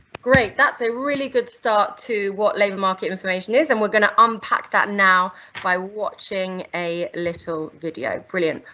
great, that's a really good start to what labour market information is and we're gonna unpack that now by watching a little video, brilliant,